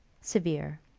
severe